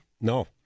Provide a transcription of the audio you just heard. No